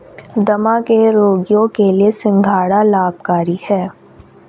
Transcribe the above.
दमा के रोगियों के लिए सिंघाड़ा लाभकारी है